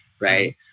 right